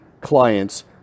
clients